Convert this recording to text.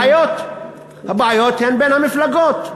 הבעיות הן בין המפלגות.